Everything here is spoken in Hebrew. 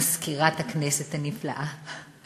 מזכירת הכנסת הנפלאה,